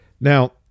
Now